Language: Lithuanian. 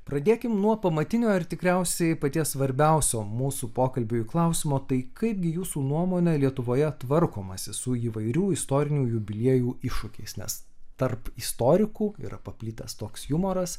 pradėkim nuo pamatinio ir tikriausiai paties svarbiausio mūsų pokalbiui klausimo tai kaipgi jūsų nuomone lietuvoje tvarkomasi su įvairių istorinių jubiliejų iššūkiais nes tarp istorikų yra paplitęs toks jumoras